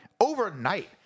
overnight